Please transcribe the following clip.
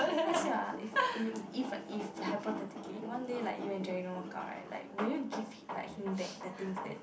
ask you ah if if if like if hypothetically one day like you and Jerry don't work out like will you give like him back the things that